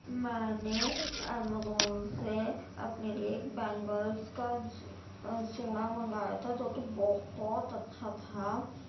میں نے امازون سے اپنے لیے ایک بینگلس کا چوڑا منگایا تھا جو کہ بو بہت اچھا تھا